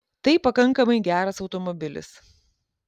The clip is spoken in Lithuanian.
tai pakankamai geras automobilis